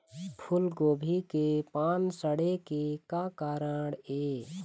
फूलगोभी के पान सड़े के का कारण ये?